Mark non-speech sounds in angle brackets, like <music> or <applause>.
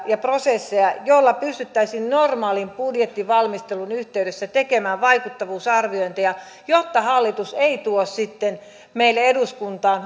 ja prosesseja joilla pystyttäisiin normaalin budjettivalmistelun yhteydessä tekemään vaikuttavuusarviointeja jotta hallitus ei tuo sitten meille eduskuntaan <unintelligible>